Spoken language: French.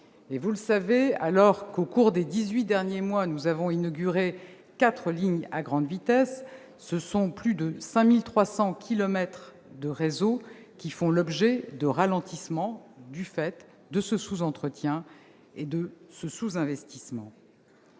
Vous le savez, alors qu'au cours des dix-huit derniers mois nous avons inauguré quatre lignes à grande vitesse, ce sont plus de 5 300 kilomètres de réseau qui font l'objet de ralentissements du fait de ce sous-entretien et de ce sous-investissement.